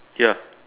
ya